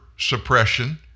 suppression